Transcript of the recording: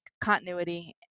continuity